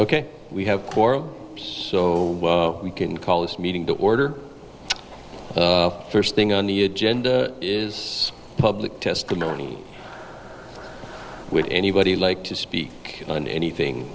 ok we have coral so we can call this meeting to order first thing on the agenda is public testimony with anybody like to speak on anything